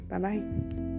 bye-bye